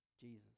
Jesus